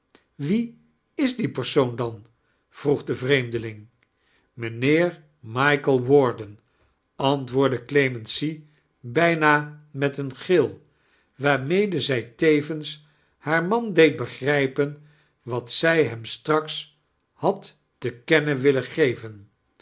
wi is die persoon dan vroeg de vreemdeling mij nlieeir michael warden antwoordde clemency bijna met eetn gil waarmede zij tevens haar man deed begrijpen wat zij hem straks had te kennen willen geven